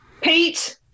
Pete